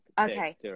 Okay